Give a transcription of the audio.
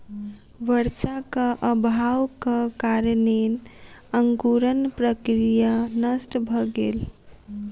वर्षाक अभावक कारणेँ अंकुरण प्रक्रिया नष्ट भ गेल